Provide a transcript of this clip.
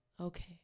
Okay